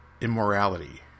immorality